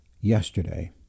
yesterday